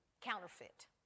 Counterfeit